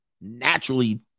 Naturally